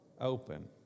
open